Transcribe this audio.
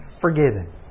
forgiven